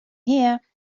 here